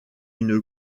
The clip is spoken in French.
une